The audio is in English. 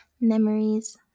memories